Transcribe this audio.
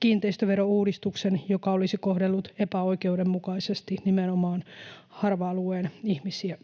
kiinteistöverouudistuksen, joka olisi kohdellut epäoikeudenmukaisesti nimenomaan harva-alueen ihmisiä.